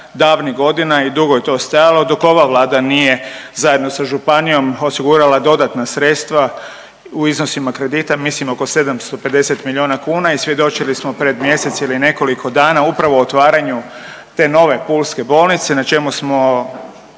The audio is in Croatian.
i dugo je to stajalo dok ova Vlada nije zajedno sa županijom osigurala dodatna sredstva u iznosima kredita, mislim oko 750 milijuna kuna i svjedočili smo pred mjesec ili nekoliko dana upravo o otvaranju te nove pulske bolnice na čemu smo